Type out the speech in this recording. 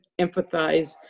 empathize